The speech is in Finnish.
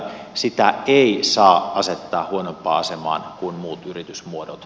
sitä ei saa asettaa huonompaan asemaan kuin muut yritysmuodot